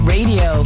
Radio